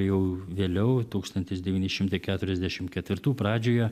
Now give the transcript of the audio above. jau vėliau tūkstantis devyni šimtai keturiasdešimt ketvirtųjų pradžioje